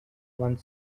one